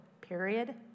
period